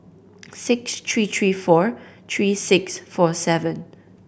six three three four three six four seven